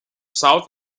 south